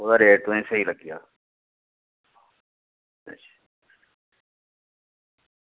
ओह्दा रेट तुसेंगी स्हेई लग्गी जाह्ग